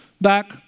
back